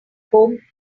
home